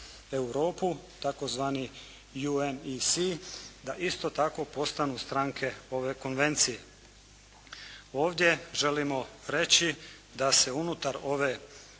tzv. UN-EC, da isto tako postanu stranke ove Konvencije. Ovdje želimo reći da se unutar ove regije